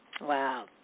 Wow